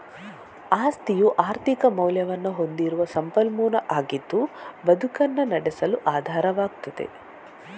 ಆಸ್ತಿಯು ಆರ್ಥಿಕ ಮೌಲ್ಯವನ್ನ ಹೊಂದಿರುವ ಸಂಪನ್ಮೂಲ ಆಗಿದ್ದು ಬದುಕನ್ನ ನಡೆಸಲು ಆಧಾರವಾಗ್ತದೆ